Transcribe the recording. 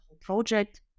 project